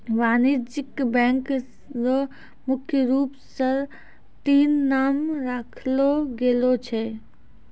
वाणिज्यिक बैंक र मुख्य रूप स तीन नाम राखलो गेलो छै